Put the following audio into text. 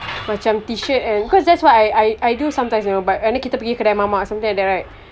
macam T-shirt and cause that's what I I do sometimes you know but and then kita pergi kedai mamak something like that right